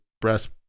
breast